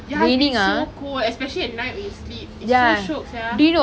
ya it's been so cold especially at night when you sleep it's so shiok sia